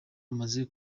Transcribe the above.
amaze